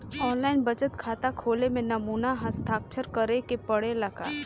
आन line बचत खाता खोले में नमूना हस्ताक्षर करेके पड़ेला का?